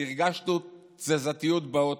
הרגשנו תזזיתיות באוטו.